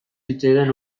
zitzaidan